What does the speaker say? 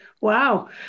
Wow